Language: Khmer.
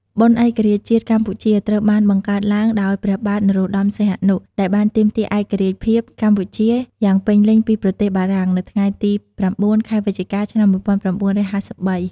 បុណ្យឯករាជ្យជាតិកម្ពុជា ត្រូវបានបង្កើតឡើងដោយព្រះបាទ នរោត្តមសីហនុ ដែលបានទាមទារឯករាជ្យភាពកម្ពុជាយ៉ាងពេញលេញពី ប្រទេសបារាំង នៅថ្ងៃទី ៩ ខែវិច្ឆិកា ឆ្នាំ ១៩៥៣ ។